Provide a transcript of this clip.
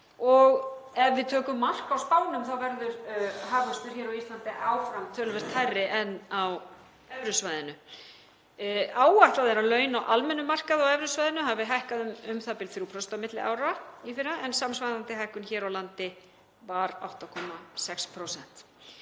Ef við tökum mark á spánum verður hagvöxtur á Íslandi áfram töluvert hærri en á evrusvæðinu. Áætlað er að laun á almennum markaði á evrusvæðinu hafi hækkað um u.þ.b. 3% á milli ára í fyrra en samsvarandi hækkun hér á landi var 8,6%.